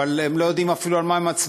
אבל הם לא יודעים אפילו על מה הם מצביעים.